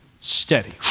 Steady